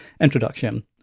introduction